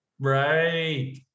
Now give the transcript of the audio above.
Right